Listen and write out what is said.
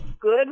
good